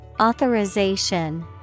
Authorization